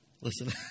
Listen